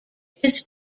his